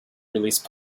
release